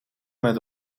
met